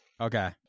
Okay